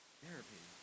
therapy